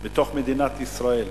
בתוך מדינת ישראל?